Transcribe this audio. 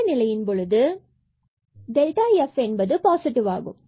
இந்த நிலையின் பொழுது f என்பது பாசிடிவ்வாகும்